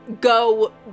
go